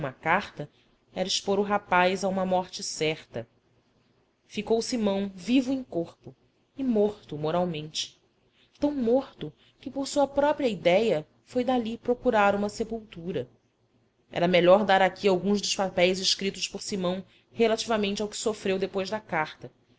uma carta era expor o rapaz a uma morte certa ficou simão vivo em corpo e morto moralmente tão morto que por sua própria idéia foi dali procurar uma sepultura era melhor dar aqui alguns dos papéis escritos por simão relativamente ao que sofreu depois da carta